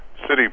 city